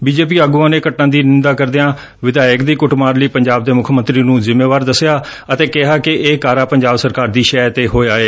BJP ਆਗੁਆਂ ਨੇ ਘਟਨਾ ਦੀ ਨਿੰਦਾ ਕਰਦਿਆ ਵਿਧਾਇਕ ਦੀ ਕੁੱਟਮਾਰ ਲਈ ਪੰਜਾਬ ਦੇ ਮੁੱਖ ਮੰਤਰੀ ਨੂੰ ਜਿੰਮੇਵਾਰ ਦਸਿਆ ਅਤੇ ਕਿਹਾ ਕਿ ਇਹ ਕਾਰਾ ਪੰਜਾਬ ਸਰਕਾਰ ਦੀ ਸ਼ਹਿ ਤੇ ਹੋਇਆ ਏ